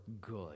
good